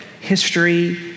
history